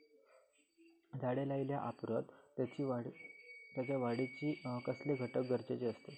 झाड लायल्या ओप्रात त्याच्या वाढीसाठी कसले घटक गरजेचे असत?